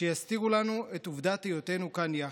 שיסתירו לנו את עובדת היותנו כאן יחד.